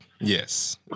Yes